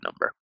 number